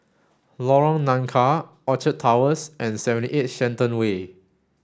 Lorong Nangka Orchard Towers and seventy eight Shenton Way